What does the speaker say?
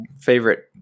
favorite